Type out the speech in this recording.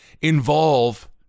involve